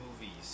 movies